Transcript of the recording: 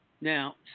Now